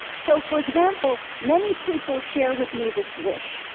so for example, many people share with me this wish,